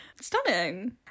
stunning